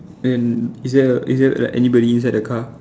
and is there is there like anybody inside the car